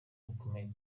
bukomeye